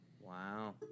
Wow